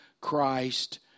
Christ